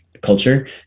culture